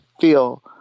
feel